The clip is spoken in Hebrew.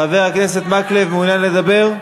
חבר הכנסת מקלב, מעוניין לדבר?